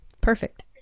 Perfect